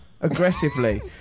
Aggressively